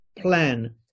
plan